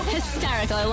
Hysterical